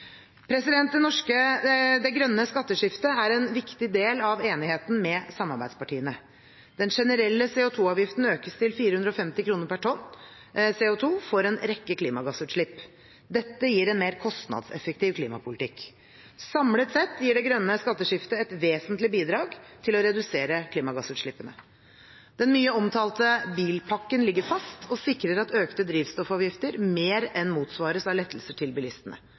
Det grønne skatteskiftet er en viktig del av enigheten med samarbeidspartiene. Den generelle CO2-avgiften økes til 450 kr per tonn CO2 for en rekke klimagassutslipp. Dette gir en mer kostnadseffektiv klimapolitikk. Samlet sett gir det grønne skatteskiftet et vesentlig bidrag til å redusere klimagassutslippene. Den mye omtalte bilpakken ligger fast og sikrer at økte drivstoffavgifter mer enn motsvares av lettelser til bilistene.